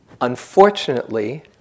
Unfortunately